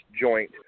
joint